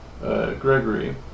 Gregory